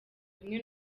kumwe